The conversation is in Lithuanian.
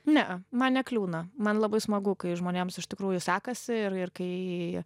ne a man nekliūna man labai smagu kai žmonėms iš tikrųjų sekasi ir ir kai